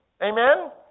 Amen